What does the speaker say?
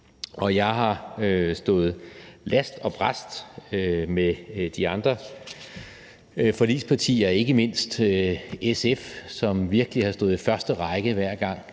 Jeg har stået last og brast med de andre forligspartier, ikke mindst SF, som virkelig har stået i første række, hver gang